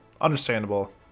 Understandable